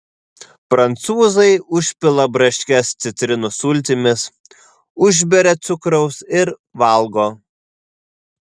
prancūzai užpila braškes citrinų sultimis užberia cukraus ir valgo